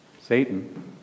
Satan